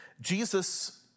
Jesus